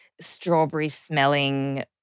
strawberry-smelling